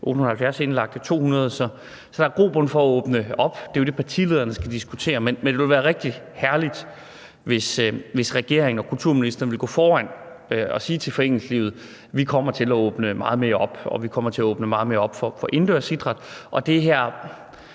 200 indlagte, så der er grobund for at åbne op. Det er jo det, partilederne skal diskutere, men det ville være rigtig herligt, hvis regeringen og kulturministeren ville gå foran og sige til foreningslivet: Vi kommer til at åbne meget mere op, og vi kommer til at åbne meget mere op for indendørs idræt. Og det her